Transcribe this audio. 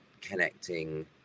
connecting